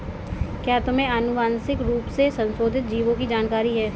क्या तुम्हें आनुवंशिक रूप से संशोधित जीवों की जानकारी है?